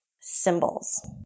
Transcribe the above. Symbols